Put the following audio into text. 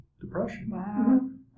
depression